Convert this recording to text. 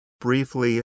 briefly